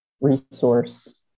resource